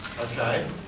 Okay